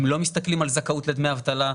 הם לא מסתכלים על זכאות לדמי אבטלה,